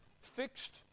fixed